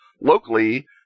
locally